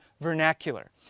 vernacular